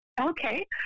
Okay